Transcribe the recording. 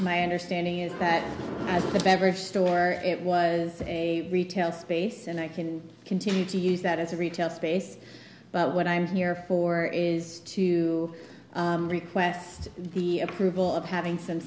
my understanding is that as the beverage store it was a retail space and i can continue to use that as a retail space but what i'm here for is to request the approval of having some